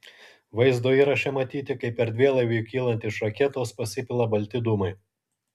vaizdo įraše matyti kaip erdvėlaiviui kylant iš raketos pasipila balti dūmai